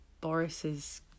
Boris's